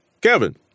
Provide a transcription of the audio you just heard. Kevin